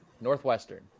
Northwestern